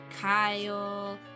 Kyle